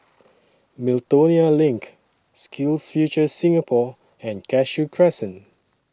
Miltonia LINK SkillsFuture Singapore and Cashew Crescent